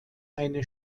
eine